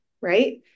right